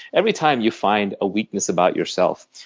every time you find a weakness about yourself,